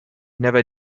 never